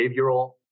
behavioral